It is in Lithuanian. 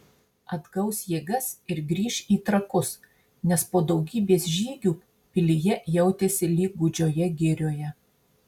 atgaus jėgas ir grįš į trakus nes po daugybės žygių pilyje jautėsi lyg gūdžioje girioje